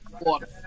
water